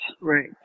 Right